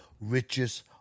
richest